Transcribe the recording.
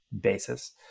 basis